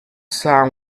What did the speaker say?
sam